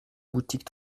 boutique